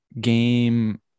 game